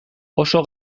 oso